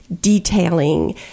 detailing